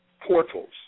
portals